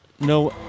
No